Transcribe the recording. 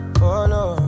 follow